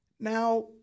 Now